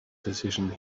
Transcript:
decision